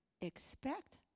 Expect